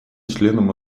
членам